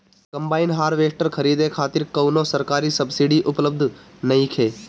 Combine harvester खरीदे खातिर कउनो सरकारी सब्सीडी उपलब्ध नइखे?